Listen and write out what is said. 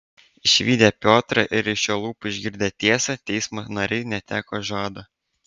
išvydę piotrą ir iš jo lūpų išgirdę tiesą teismo nariai neteko žado